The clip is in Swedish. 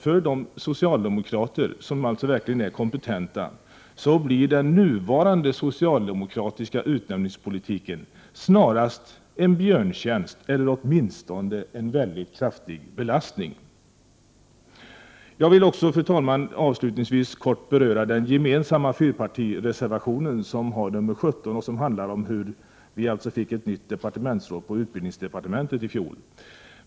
För de socialdemokrater som verkligen är kompetenta blir alltså den nuvarande socialdemokratiska utnämningspolitiken snarast en björntjänst eller åtminstone en väldigt kraftig belastning. Fru talman! Jag vill avslutningsvis kort beröra den gemensamma fyrpartireservationen nr 17, som handlar om hur vi fick ett nytt departementsråd i utbildningsdepartementet i fjol.